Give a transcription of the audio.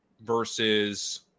versus